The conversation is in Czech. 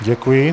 Děkuji.